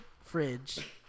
fridge